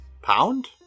Pound